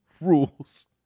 rules